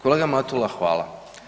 Kolega Matula hvala.